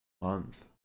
Month